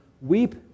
weep